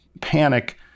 panic